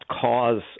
cause